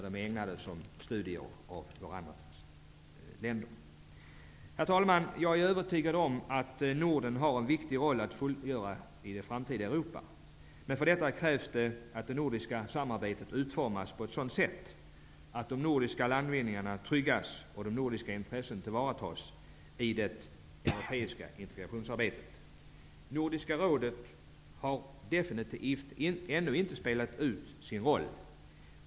De är ägnade för studier av andra länder. Herr talman! Jag är övertygad om att Norden har en viktig roll att fylla i det framtida Europa. Men för detta krävs att det nordiska samarbetet utformas på ett sådant sätt, att de nordiska landvinningarna tryggas och nordiska intressen tillvaratas i det europeiska integrationsarbetet. Nordiska rådet har definitivt inte spelat ut sin roll.